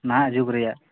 ᱱᱟᱦᱟᱜ ᱡᱩᱜᱽ ᱨᱮᱭᱟᱜ